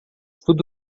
tudo